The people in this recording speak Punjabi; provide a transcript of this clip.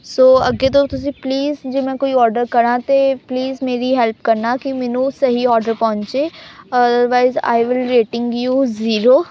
ਸੋ ਅੱਗੇ ਤੋਂ ਤੁਸੀਂ ਪਲੀਜ਼ ਜੇ ਮੈਂ ਕੋਈ ਔਡਰ ਕਰਾਂ ਤਾਂ ਪਲੀਜ਼ ਮੇਰੀ ਹੈਲਪ ਕਰਨਾ ਕਿ ਮੈਨੂੰ ਸਹੀ ਔਡਰ ਪਹੁੰਚੇ otherwise I will rating you zero